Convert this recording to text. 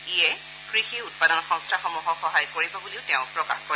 ইয়ে কৃষি উৎপাদন সংস্থাসমূহক সহায় কৰিব বুলি তেওঁ প্ৰকাশ কৰে